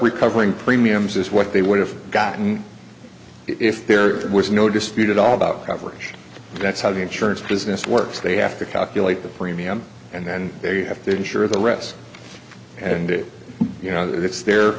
we covering premiums is what they would have gotten if there was no dispute at all about coverage that's how the insurance business works they have to calculate the premium and then they have to insure the rest and do you know that it's their